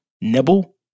nibble